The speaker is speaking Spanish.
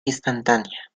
instantánea